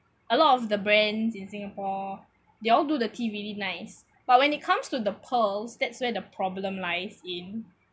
a lot of the brands in singapore they all do the tea really nice but when it comes to the pearls that's where the problem lies in